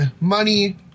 money